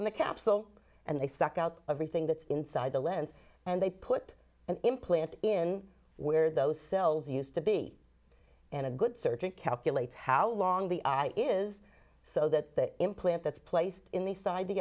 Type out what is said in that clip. in the capsule and they suck out everything that's inside the lens and they put an implant in where those cells used to be and a good surgeon calculate how long the eye is so that the implant that's placed in the side